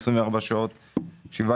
24 שעות ביממה,